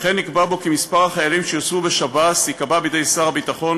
וכן נקבע בו כי מספר החיילים שיוצבו בשב״ס ייקבע בידי שר הביטחון,